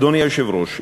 אדוני היושב-ראש,